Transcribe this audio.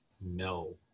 No